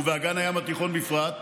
ובאגן הים התיכון בפרט,